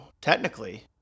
Technically